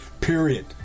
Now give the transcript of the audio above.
Period